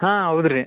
ಹಾಂ ಹೌದು ರೀ